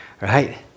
right